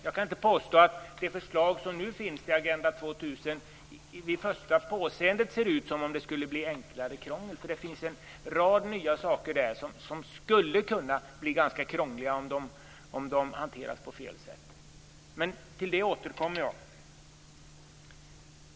Jag kan inte påstå att det förslag som nu finns till Agenda 2000 vid första påseendet ser ut som om det skulle leda till mindre krångel, för det innehåller en rad nya saker som skulle kunna bli ganska krångliga om de hanteras på fel sätt. Men till detta återkommer jag.